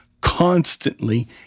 constantly